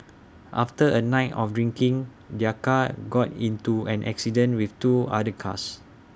after A night of drinking their car got into an accident with two other cars